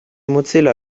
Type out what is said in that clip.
mozilla